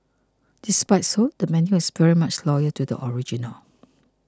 despite so the menu is very much loyal to the original